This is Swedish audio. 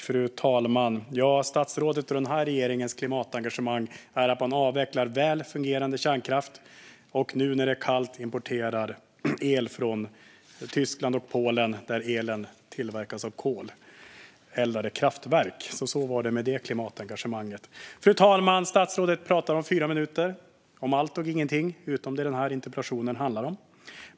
Fru talman! Statsrådets och regeringens klimatengagemang innebär att man avvecklar väl fungerande kärnkraft, och nu när det är kallt importerar man el från Tyskland och Polen, där elen produceras i koleldade kraftverk. Så var det med det klimatengagemanget. Fru talman! Statsrådet talade i fyra minuter om allt och ingenting, förutom det interpellationen handlar om.